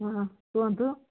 ହଁ କୁହନ୍ତୁ